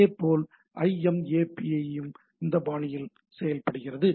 இதேபோல் ஐஎம்ஏபியும் இதே பாணியில் செயல்படுகிறது